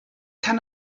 kann